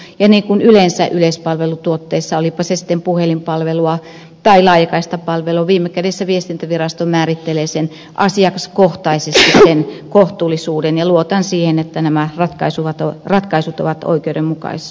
ja niin kuin yleensä yleispalvelutuotteissa olipa se sitten puhelinpalvelua tai laajakaistapalvelua viime kädessä viestintävirasto määrittelee asiakaskohtaisesti sen kohtuullisuuden ja luotan siihen että nämä ratkaisut ovat oikeudenmukaisia